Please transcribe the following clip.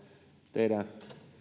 teidän